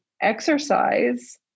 exercise